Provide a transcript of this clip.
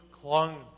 clung